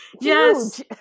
Yes